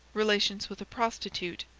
relations with a prostitute,